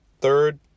third